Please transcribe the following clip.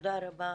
תודה רבה,